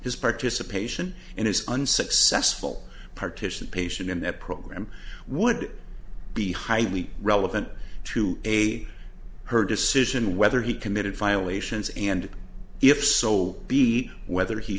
his participation in his unsuccessful participation in the program would be highly relevant to a her decision whether he committed file ations and if so be whether he